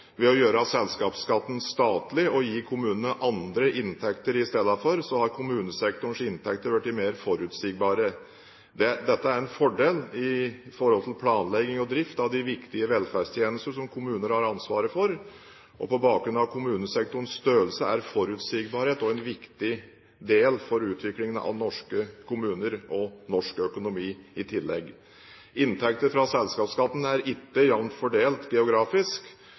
Ved å gjøre selskapsskatten statlig og gi kommunene andre inntekter i stedet, har kommunesektorens inntekter blitt mer forutsigbare. Det er en fordel i forhold til planlegging og drift av de viktige velferdstjenestene som kommunene har ansvaret for. På bakgrunn av kommunesektorens størrelse er forutsigbarhet også viktig for utviklingen av norske kommuner, og av norsk økonomi. Inntektene fra selskapsskatten er ikke jevnt fordelt geografisk.